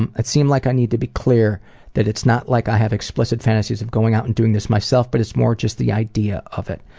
and seem like i need to be clear that it's not like i have explicit fantasies of going out and doing this myself, but it's more just the idea of it.